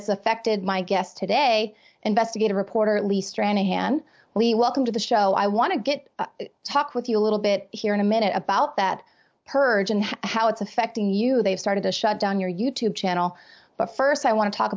it's affected my guest today investigative reporter at least rana han we welcome to the show i want to get talk with you a little bit here in a minute about that purge and how it's affecting you they've started to shut down your you tube channel but first i want to talk